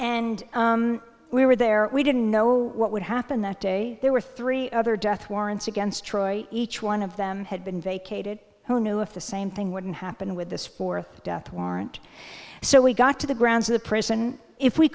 and we were there we didn't know what would happen that day there were three other death warrants against troy each one of them had been vacated who knew if the same thing wouldn't happen with this fourth death warrant so we got to the grounds of the prison if we